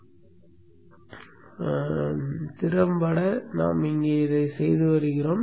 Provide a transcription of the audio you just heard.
இதுதான் திறம்பட நாம் இங்கே செய்து வருகிறோம்